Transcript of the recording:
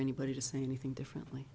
anybody to say anything differently